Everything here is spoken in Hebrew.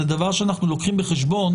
זה דבר שאנחנו לוקחים בחשבון.